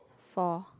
four